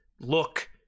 look